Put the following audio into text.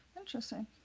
Interesting